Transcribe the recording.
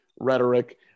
Rhetoric